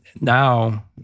now